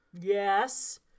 Yes